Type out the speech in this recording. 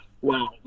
wow